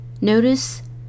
Notice